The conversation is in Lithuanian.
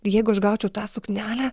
jeigu aš gaučiau tą suknelę